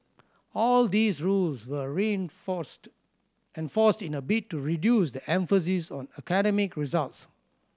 all these rules were enforced in a bid to reduce the emphasis on academic results